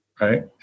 Right